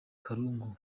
karungu